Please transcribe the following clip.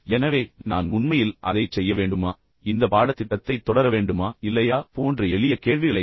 எனவே நான் உண்மையில் அதைச் செய்ய வேண்டுமா இந்த பாடத்திட்டத்தைத் தொடர வேண்டுமா இல்லையா போன்ற எளிய கேள்விகளைக் கூட